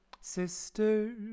Sisters